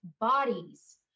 bodies